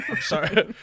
sorry